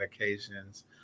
medications